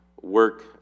work